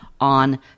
on